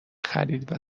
خریدن